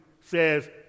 says